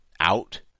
out